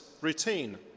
routine